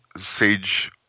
Sage